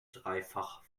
dreifach